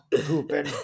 pooping